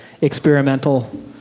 experimental